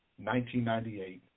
1998